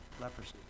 leprosy